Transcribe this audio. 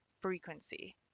frequency